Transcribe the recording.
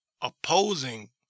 opposing